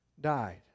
died